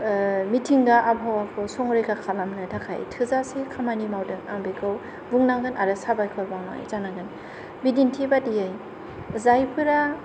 मिथिंगा आबहावाखौ संरैखा खालामनो थाखाय थोजासे खामानि मावदों आं बिखौ बुंनांगोन आरो साबायखर बावनाय जानांगोन बिदिन्थि बादियै जायफोरा